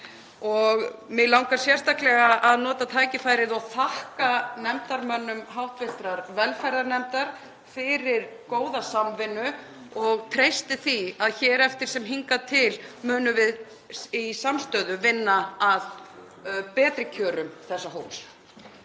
Mig langar að nota tækifærið og þakka sérstaklega nefndarmönnum hv. velferðarnefndar fyrir góða samvinnu og treysti því að hér eftir sem hingað til munum við í samstöðu vinna að betri kjörum þessa hóps.